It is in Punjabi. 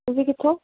ਤੁਸੀਂ ਕਿੱਥੋਂ